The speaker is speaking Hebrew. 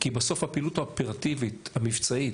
כי בסוף הפעילות האופרטיבית המבצעית,